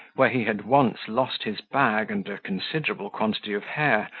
where he had once lost his bag and a considerable quantity of hair,